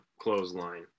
clothesline